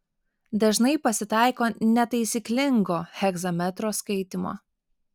dažnai pasitaiko netaisyklingo hegzametro skaitymo